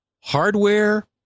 hardware